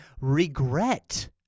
regret